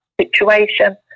situation